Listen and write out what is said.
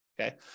okay